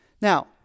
Now